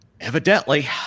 Evidently